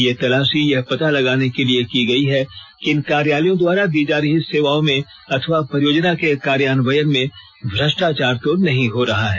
ये तलाशी यह पता लगाने के लिए की गई कि इन कार्यालयों द्वारा दी जा रही सेवाओं में अथवा परियोजना के कार्यान्वयन में भ्रष्टाचार तो नहीं हो रहा है